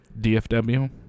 DFW